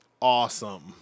Awesome